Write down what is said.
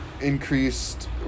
increased